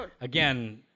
again